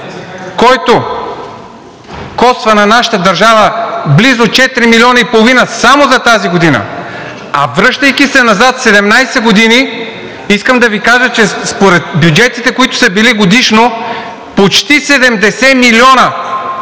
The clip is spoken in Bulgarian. който коства на нашата държава близо 4,5 милиона само за тази година, а връщайки се назад 17 години, искам да Ви кажа, че според бюджетите, които са били годишно почти 70 милиона